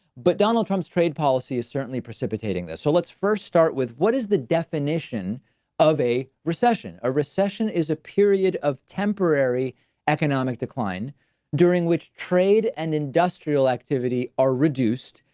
but donald trump's trade policy is certainly precipitating this. so let's first start with what is the definition of a recession? a recession is a period of temporary economic decline during which trade and industrial activity are reduced,